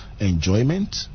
Enjoyment